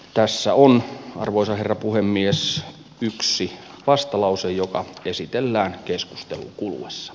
tässä on arvoisa herra puhemies yksi vastalause joka esitellään keskustelun kuluessa